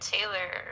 Taylor